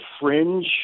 fringe